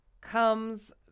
comes